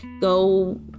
go